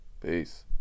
Peace